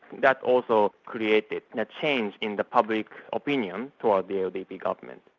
that also created and a change in the public opinion towards the ldp government.